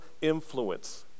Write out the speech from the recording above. influence